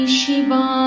Shiva